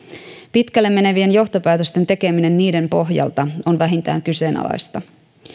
pitkälle menevien johtopäätösten tekeminen niiden pohjalta on vähintään kyseenalaista